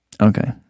Okay